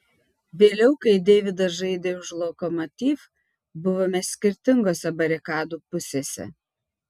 vėliau kai deividas žaidė už lokomotiv buvome skirtingose barikadų pusėse